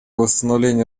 восстановления